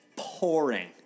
Pouring